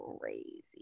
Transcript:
crazy